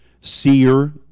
seer